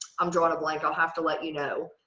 i'm drawing a blank i'll have to let you know,